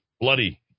Bloody